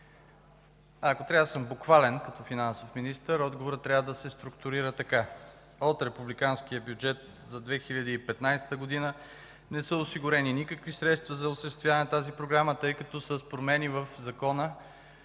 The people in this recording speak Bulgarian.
ако трябва да съм буквален като финансов министър, отговорът трябва да се структурира така: от Републиканския бюджет за 2015 г. не са осигурени никакви средства за осъществяване на тази програма, тъй като с промени в Закона